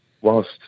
whilst